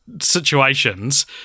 situations